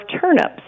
turnips